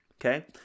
okay